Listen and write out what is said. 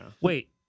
wait